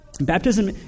Baptism